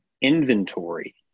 inventory